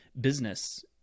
business